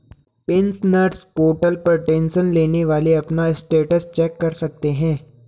pensioners portal पर pension लेने वाली अपना स्टेटस चेक कर सकते हैं